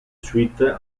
suite